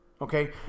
okay